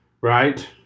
Right